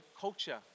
culture